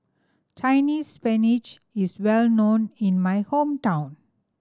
Chinese Spinach is well known in my hometown